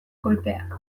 koipeak